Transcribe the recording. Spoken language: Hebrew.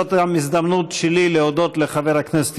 זו גם ההזדמנות שלי להודות לחבר הכנסת